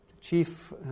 chief